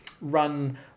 run